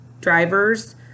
drivers